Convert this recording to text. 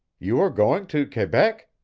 you are going to quebec?